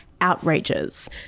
outrages